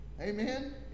Amen